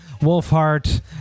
Wolfheart